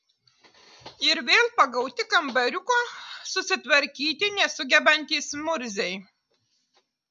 ir vėl pagauti kambariuko susitvarkyti nesugebantys murziai